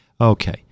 Okay